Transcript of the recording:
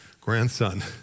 grandson